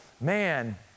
man